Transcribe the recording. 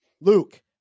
Luke